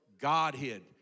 Godhead